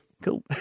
Cool